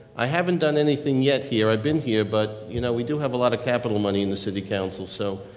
i haven't done anything yet here i been here but you know we do have a lot of capital money in the city council so,